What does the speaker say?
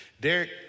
Derek